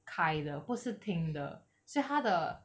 开的不是听的所以他的